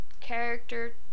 character